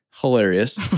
Hilarious